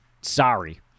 Sorry